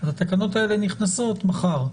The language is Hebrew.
התקנות האלה נכנסות מחר.